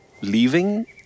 leaving